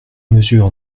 mesure